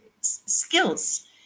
skills